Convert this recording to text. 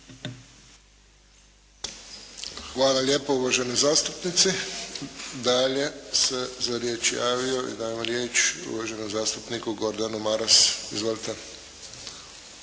Hvala lijepo uvaženi zastupnici. Dalje se za riječ javio i dajem riječ uvaženom zastupniku Gordanu Maras. Izvolite.